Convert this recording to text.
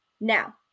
Now